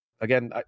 again